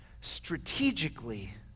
strategically